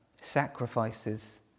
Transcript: sacrifices